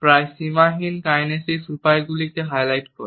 প্রায় সীমাহীন কাইনেসিক উপায়গুলিকে হাইলাইট করে